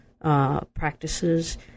Practices